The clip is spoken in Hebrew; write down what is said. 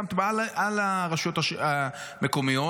על הרשויות המקומיות,